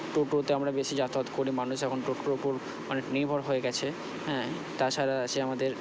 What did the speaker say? টোটোতে আমরা বেশি যাতায়াত করি মানুষ এখন টোটোর অনেক নির্ভর হয়ে গেছে হ্যাঁ তাছাড়া আছে আমাদের